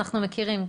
אנחנו מכירים.